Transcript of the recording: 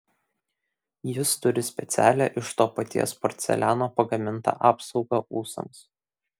jis turi specialią iš to paties porceliano pagamintą apsaugą ūsams